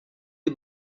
les